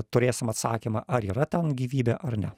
turėsim atsakymą ar yra ten gyvybė ar ne